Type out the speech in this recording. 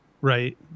right